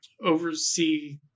Oversee